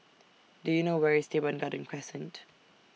Do YOU know Where IS Teban Garden Crescent